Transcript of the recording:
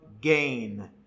gain